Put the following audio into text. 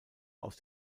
aus